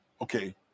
Okay